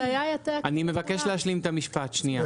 לא,